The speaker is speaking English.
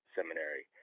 Seminary